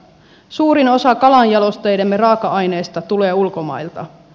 suurin osa kalajalosteidemme raaka aineista tulee ulkomailta